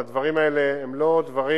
הדברים האלה הם לא דברים